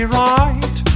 right